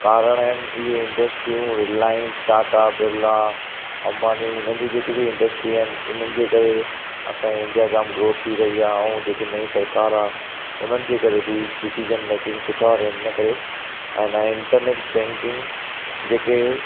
कारण आहिनि इहे इंडस्ट्रियूं रिलाइंस टाटा बिरला अम्बानी हिननि जी जेके बि इंडस्ट्री आहिनि हिननि जे करे असांजी इंडिया जाम ग्रोथ थी रही आहे ऐं जेकी नईं सरकारि आहे हुननि जे करे बि डीसिजन मेकिंग सुठा आहिनि हिन करे ऐं हिन इंटरनेट बैंकिंग जेके